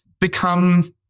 become